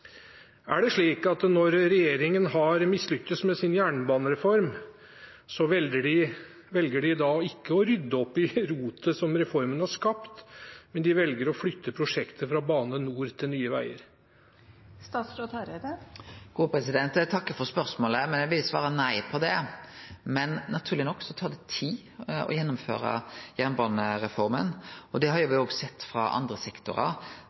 Er det slik at når regjeringen har mislykkes med sin jernbanereform, så velger de ikke å rydde opp i rotet reformen har skapt, men de velger å flytte prosjekter fra Bane NOR til Nye Veier?» Eg takkar for spørsmålet. Eg vil svare nei på det, men naturleg nok tar det tid å gjennomføre jernbanereforma. Det har me òg sett frå andre